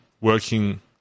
working